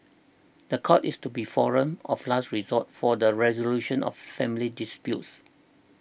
the court is to be the forum of last resort for the resolution of family disputes